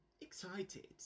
excited